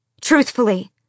Truthfully